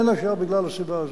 בין השאר בגלל הסיבה הזאת.